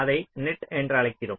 அதை நெட் என்று அழைக்கிறோம்